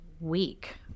week